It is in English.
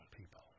people